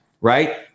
Right